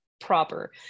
proper